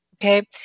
Okay